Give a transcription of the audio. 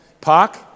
park